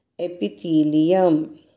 epithelium